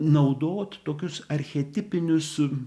naudot tokius archetipinius